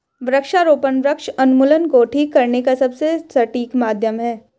वृक्षारोपण वृक्ष उन्मूलन को ठीक करने का सबसे सटीक माध्यम है